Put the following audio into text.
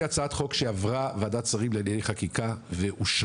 הצעת חוק שעברה את ועדת שרים לענייני חקיקה ואושרה.